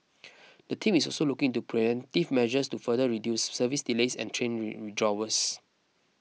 the team is also looking into preventive measures to further reduce service delays and train rain withdrawals